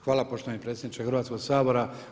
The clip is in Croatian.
Hvala poštovani predsjedniče Hrvatskog sabora.